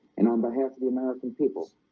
and on behalf of the american people.